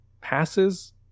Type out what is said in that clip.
passes